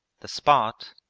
the spot,